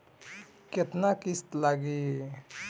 केतना किस्त लागी?